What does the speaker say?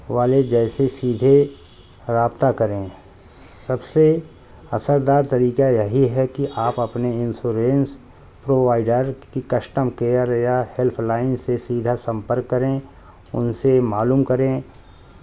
والے جیسے سیدھے رابطہ کریں سب سے اثردار طریقہ یہی ہے کہ آپ اپنے انسورنس پرووائڈر کی کشٹم کیئر یا ہیلپ لائن سے سیدھا سمپرک کریں ان سے معلوم کریں